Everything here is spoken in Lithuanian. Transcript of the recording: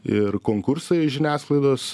ir konkursai žiniasklaidos